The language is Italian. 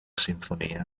sinfonia